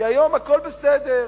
כי היום הכול בסדר,